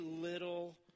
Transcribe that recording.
little